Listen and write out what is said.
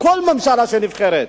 כל ממשלה שנבחרת,